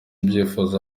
ubyifuza